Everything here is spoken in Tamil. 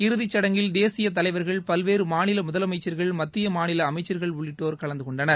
இறுதிச் சுடங்கில் தேசிய தலைவர்கள் பல்வேறு மாநில முதலமைச்சர்கள் மத்திய மாநில அமைச்சர்கள் உள்ளிட்டோர் கலந்து கொண்டனர்